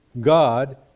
God